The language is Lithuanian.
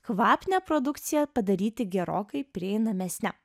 kvapnią produkciją padaryti gerokai prieinamesne